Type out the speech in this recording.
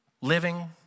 living